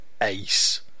ace